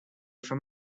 from